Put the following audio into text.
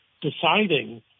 deciding